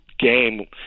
game